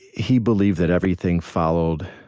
he believed that everything followed